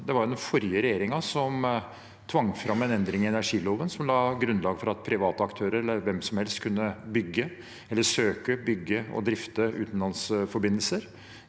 Det var den forrige regjeringen som tvang fram en endring i energiloven, som la grunnlaget for at private aktører og hvem som helst kunne søke, bygge og drifte utenlandsforbindelser.